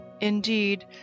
indeed